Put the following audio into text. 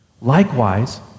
Likewise